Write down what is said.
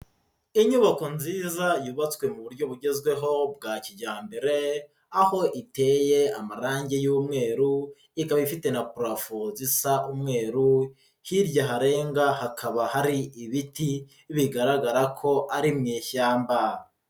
Inyubako nziza yubatswe mu buryo bugezweho bwa kijyambere, aho iteye amarangi y'umweru, ikaba ifite na parafo zisa umweru, hirya harenga hakaba hari ibiti bigaragara ko ari mu ishyamba.